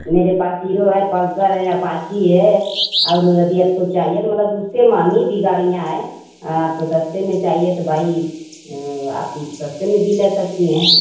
मेरे पास हीरो है पल्सर है अपाची है और यदि आपको चाहिए मतलब उससे महंगी भी गाड़ियाँ हैं आपको सस्ते में चाहिए तो भाई है आप सस्ते में भी ले सकती हैं